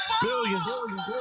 Billions